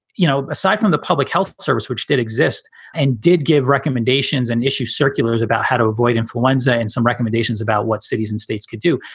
you know, aside from the public health service, which did exist and did give recommendations and issue circulars about how to avoid influenza and some recommendations about what cities and states could do.